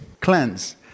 cleanse